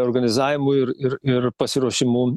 organizavimu ir ir ir pasiruošimu